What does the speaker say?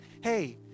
hey